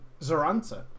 Zoranta